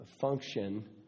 function